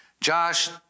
Josh